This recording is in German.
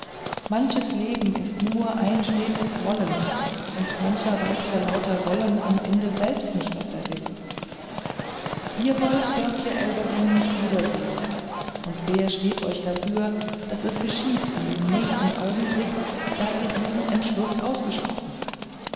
manches leben ist nur ein stetes wollen und mancher weiß vor lauter wollen am ende selbst nicht was er will ihr wollt dörtje elverdink nicht wiedersehen und wer steht euch dafür daß es geschieht in dem nächsten augenblick da ihr diesen entschluß ausgesprochen